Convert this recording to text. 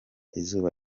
izuba